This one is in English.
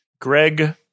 greg